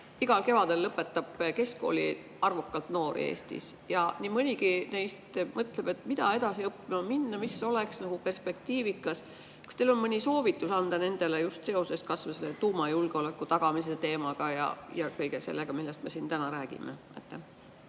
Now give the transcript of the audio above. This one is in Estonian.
Igal kevadel lõpetab Eestis keskkooli arvukalt noori ja nii mõnigi neist mõtleb, mida edasi õppima minna, mis oleks perspektiivikas. Kas teil on anda neile mõni soovitus just seoses tuumajulgeoleku tagamise teemaga ja kõige sellega, millest me siin täna räägime?